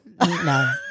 No